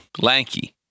Lanky